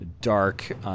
dark